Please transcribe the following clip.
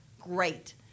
great